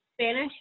Spanish